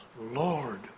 Lord